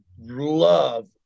love